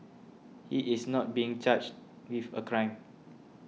he is not being charged with a crime